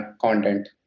content